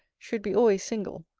should be always single.